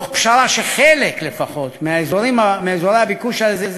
מתוך פשרה שלפחות חלק מאזורי הביקוש